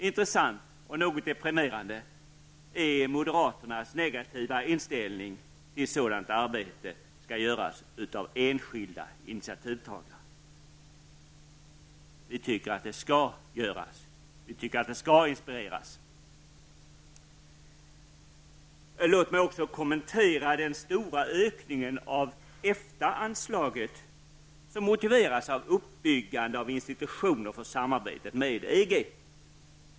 Intressant och något deprimerande är moderaternas negativa inställning att sådant arbete skall göra av enskilda initiativtagare. Vi tycker att sådant arbete skall göras och att man skall inspirera till det. Låt mig också kommentera den stora ökningen av EFTA-anslaget, som motiveras av uppbyggande av institutioner för samarbetet med EG.